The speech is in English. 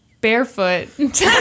barefoot